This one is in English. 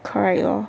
correct lor